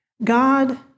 God